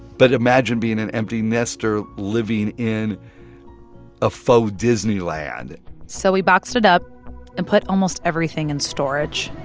but imagine being an empty nester living in a faux-disneyland so he boxed it up and put almost everything in storage.